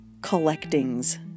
collectings